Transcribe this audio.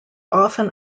often